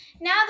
Now